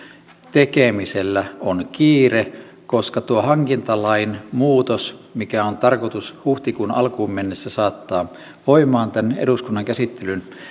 tekemisellä on kiire koska tuo hankintalain muutos mikä on tarkoitus huhtikuun alkuun mennessä saattaa voimaan eduskunnan käsittelyn